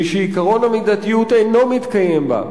משעקרון המידתיות אינו מתקיים בה,